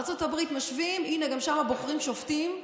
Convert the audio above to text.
ארצות הברית, משווים, הינה, גם שם בוחרים שופטים.